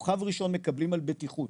כוכב ראשון מקבלים על בטיחות,